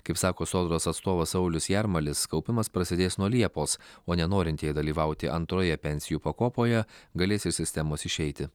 kaip sako sodros atstovas saulius jarmalis kaupimas prasidės nuo liepos o nenorintieji dalyvauti antroje pensijų pakopoje galės iš sistemos išeiti